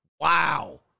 wow